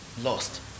lost